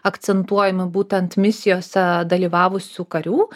akcentuojami būtent misijose dalyvavusių karių